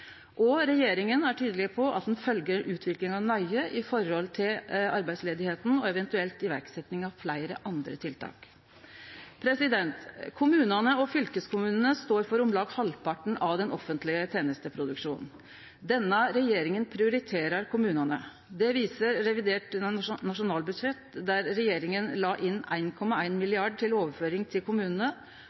Og regjeringa er tydeleg på at ein følgjer utviklinga nøye i forhold til arbeidsløysa og eventuelt iverksetjing av fleire andre tiltak. Kommunane og fylkeskommunane står for om lag halvparten av den offentlege tenesteproduksjonen. Denne regjeringa prioriterer kommunane. Det viser revidert nasjonalbudsjett, der regjeringa la inn 1,1 mrd. kr til overføring til kommunane